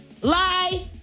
Lie